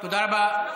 תודה רבה.